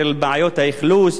של בעיות האכלוס,